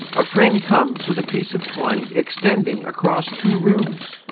a friend comes with a piece of twine extending across two rooms,